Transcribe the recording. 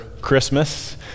Christmas